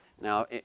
Now